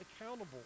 accountable